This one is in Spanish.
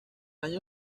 año